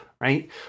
right